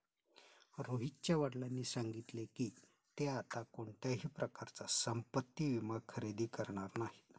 रोहितच्या वडिलांनी सांगितले की, ते आता कोणत्याही प्रकारचा संपत्ति विमा खरेदी करणार नाहीत